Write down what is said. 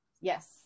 Yes